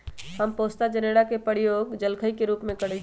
हम पोस्ता जनेरा के प्रयोग जलखइ के रूप में करइछि